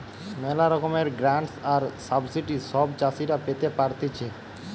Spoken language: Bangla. ম্যালা রকমের গ্রান্টস আর সাবসিডি সব চাষীরা পেতে পারতিছে